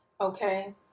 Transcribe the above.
okay